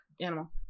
animal